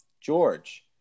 George